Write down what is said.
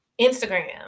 Instagram